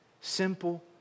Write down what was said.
simple